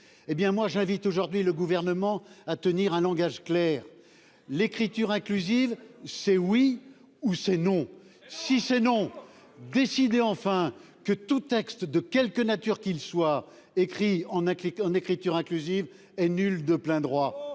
Eh bien moi j'invite aujourd'hui le gouvernement à tenir un langage clair, l'écriture inclusive, c'est oui ou c'est non. Si c'est non décidée enfin que tout texte de quelque nature qu'il soit écrit en un clic, en écriture inclusive est nul de plein droit